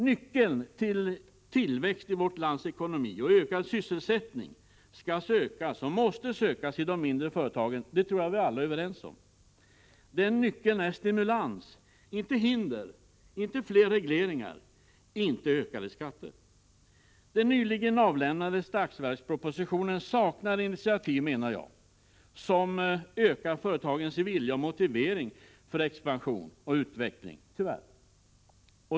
Nyckeln till tillväxten i vårt lands ekonomi och ökad sysselsättning skall sökas, och måste sökas, i de mindre företagen — det tror jag att vi alla är överens om. Den nyckeln är stimulans — inte hinder, inte fler regleringar och inte ökade skatter. Den nyligen framlagda budgetpropositionen saknar initiativ, menar jag, som ökar företagens vilja och motivering för expansion och utveckling — tyvärr.